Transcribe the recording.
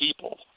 people